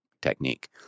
Technique